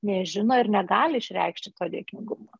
nežino ir negali išreikšti to dėkingumo